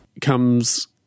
comes